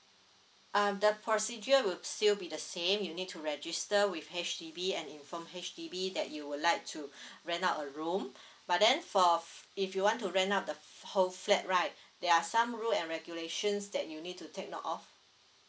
uh the procedure would still be the same you need to register with H_D_B and inform H_D_B that you would like to rent out a room but then for if you want to rent out the whole flat right there are some rules and regulations that you need to take note of